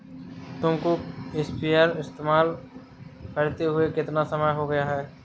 तुमको स्प्रेयर इस्तेमाल करते हुआ कितना समय हो गया है?